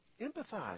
Empathize